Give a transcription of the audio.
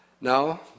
Now